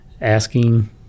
asking